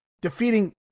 defeating